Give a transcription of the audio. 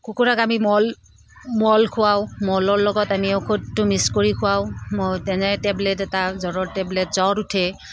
কুকুৰাক আমি মল মল খুৱাওঁ মলৰ লগত আমি ঔষধটো মিক্স কৰি খুৱাওঁ তেনে টেবলেট এটা জ্বৰৰ টেবলেট জ্বৰ উঠে